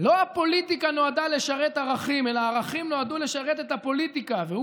לא הפוליטיקה נועדה לשרת ערכים אלא ערכים נועדו לשרת את הפוליטיקה,